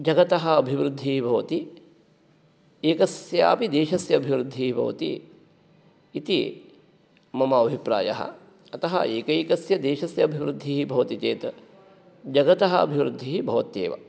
जगतः अभिवृद्धिः भवति एकस्यापि देशस्य अभिवृद्धिः भवति इति मम अभिप्रायः अतः एकैकस्य देशस्य अभिवृद्धिः भवति चेत् जगतः अभिवृद्धिः भवत्येव